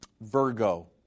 Virgo